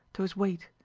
to his weight.